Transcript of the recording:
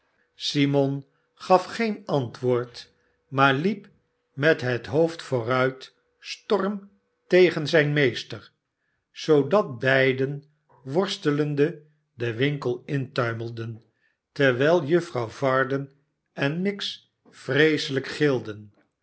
simon gaf geen antwoord maar liep met het hoofd vooruit stormtegen zijn meester zoodat beiden worstelende den winkel intuimelden terwijl juffrouw varden en miggs vreeselijk gilden